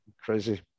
crazy